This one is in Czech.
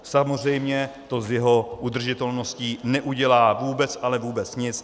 Samozřejmě to z jeho udržitelností neudělá vůbec, ale vůbec nic.